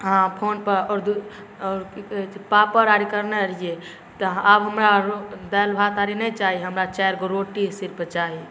आओर फोनपर आओर कि कहै छै पापड़ आओर करने रहिए तऽ आब हमरा दालि भात आओर नहि चाही हमरा चारिगो रोटी सिर्फ चाही